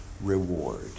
reward